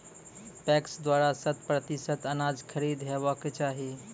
PACS द्वारा शत प्रतिसत अनाज खरीद हेवाक चाही?